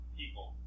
people